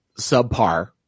subpar